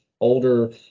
older